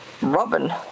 robin